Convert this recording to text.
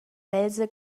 welse